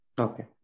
Okay